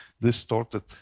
distorted